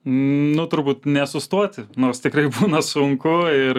nu turbūt nesustoti nors tikrai būna sunku ir